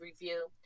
review